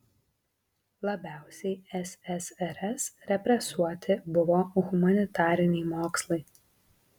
labiausiai ssrs represuoti buvo humanitariniai mokslai